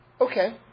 Okay